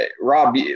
rob